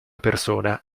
persona